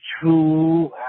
true